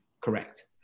correct